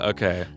Okay